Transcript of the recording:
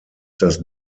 das